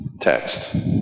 Text